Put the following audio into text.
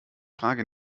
frage